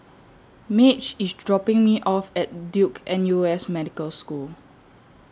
Madge IS dropping Me off At Duke N U S Medical School